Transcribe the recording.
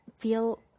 feel